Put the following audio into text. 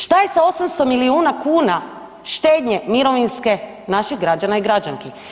Šta je sa 800 milijuna kuna štednje mirovinske naših građana i građanki?